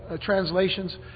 translations